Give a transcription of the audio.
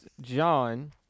John